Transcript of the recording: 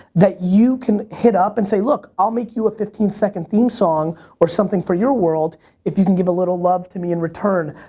that you can hit up and say look, i'll make you fifteen second theme song or something for your world if you can give a little love to me in return.